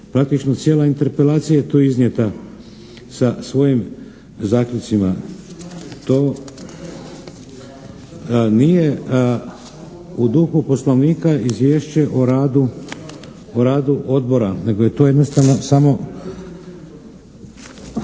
cijela Interpelacija je tu iznijeta sa svojim zaključcima. To nije u duhu Poslovnika Izvješće o radu odbora nego je to jednostavno samo